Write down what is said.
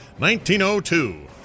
1902